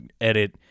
edit